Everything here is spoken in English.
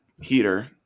heater